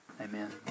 Amen